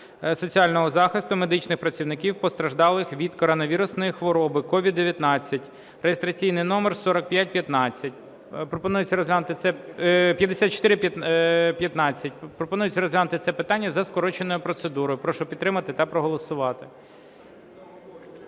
соціального захисту медичних працівників, постраждалих від коронавірусної хвороби (COVID-19) (реєстраційний номер 5415). Пропонується розглянути це питання за скороченою процедурою. Прошу підтримати та проголосувати.